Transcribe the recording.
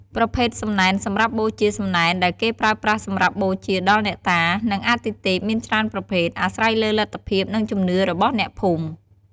ប្រភេទសំណែនសម្រាប់បូជាសំណែនដែលគេប្រើប្រាស់សម្រាប់បូជាដល់អ្នកតា និងអាទិទេពមានច្រើនប្រភេទ អាស្រ័យលើលទ្ធភាព និងជំនឿរបស់អ្នកភូមិ។